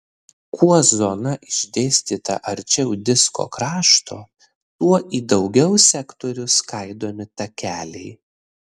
kuo zona išdėstyta arčiau disko krašto tuo į daugiau sektorių skaidomi takeliai